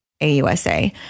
AUSA